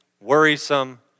worrisome